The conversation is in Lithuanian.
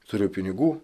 turiu pinigų